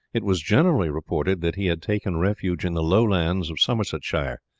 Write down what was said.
it was generally reported that he had taken refuge in the low lands of somersetshire,